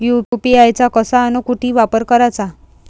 UPI चा कसा अन कुटी वापर कराचा?